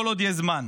כל עוד יש זמן,